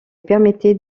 permettait